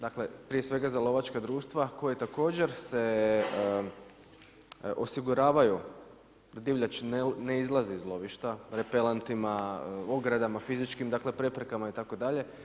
Dakle, prije svega za lovačka društva koji također se osiguravaju da divljač ne izlazi iz lovišta, … ogradama, fizičkim dakle preprekama itd.